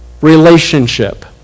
relationship